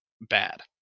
bad